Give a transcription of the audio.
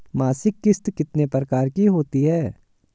मासिक किश्त कितने प्रकार की होती है?